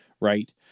right